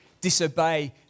disobey